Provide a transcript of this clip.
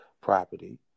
property